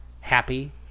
happy